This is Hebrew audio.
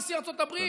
נשיא ארצות הברית.